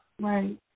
Right